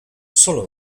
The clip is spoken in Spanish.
sólo